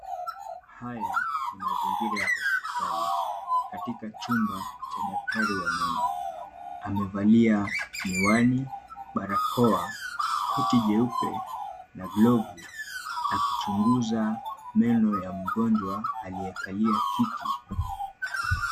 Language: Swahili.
Haya ni mazingira ya hospitali katikachumba cha daktari wa meno. Amevalia miwani, barakoa, koti jeupe na glovu akichunguza meno ya mgonjwa aliyekalia kiti.